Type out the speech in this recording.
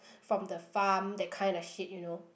from the farm that kind of shit you know